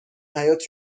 حیاط